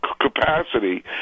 capacity